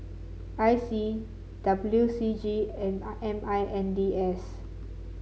I C W C G and I M I N D S